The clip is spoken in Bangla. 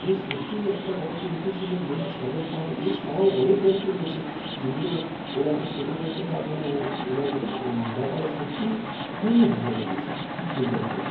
উনি সত্যিই একটা গল্প লিখেছিলেন যেটা চাঁদের পাহাড় এছাড়াও অনেক গল্প রয়েছে যেগুলো ওনাকে ছোট করতে পারবো না ওনার ব্যাপারে সত্যিই খুবই ভালো লেগেছে ওই গল্পটা